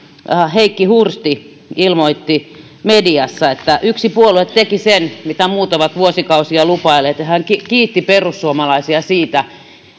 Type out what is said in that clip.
heikki hursti ilmoitti mediassa että yksi puolue teki sen mitä muut ovat vuosikausia lupailleet ja hän kiitti perussuomalaisia siitä